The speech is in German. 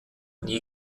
nie